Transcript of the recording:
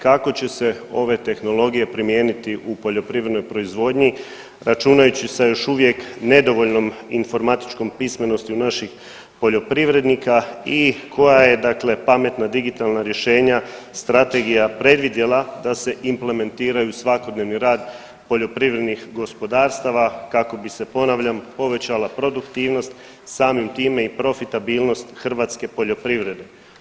Kako će se ove tehnologije primijeniti u poljoprivrednoj proizvodnji računajući sa još uvijek nedovoljnom informatičkom pismenosti u naših poljoprivrednika i koja je dakle pametna, digitalna rješenja strategija predvidjela da se implementira i u svakodnevni rad poljoprivrednih gospodarstava kako bi se ponavljam povećala produktivnost, samim time i profitabilnost hrvatske poljoprivrede?